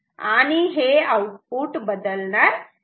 आणि हे आउटपुट बदलणार नाही